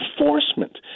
enforcement